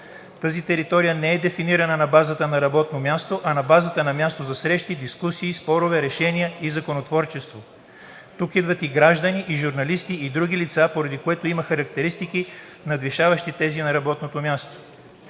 Тази територия не е дефинирана на базата на работно място, а на базата на място за срещи, дискусии, спорове, решения и законотворчество. Тук идват и граждани, и журналисти, и други лица, поради което има характеристики, надвишаващи тези на работното място.